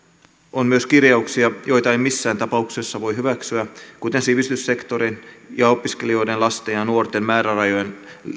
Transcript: on myös kirjauksia joita ei missään tapauksessa voi hyväksyä kuten sivistyssektorin ja opiskelijoiden lasten ja ja nuorten määrärahojen